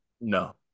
No